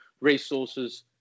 resources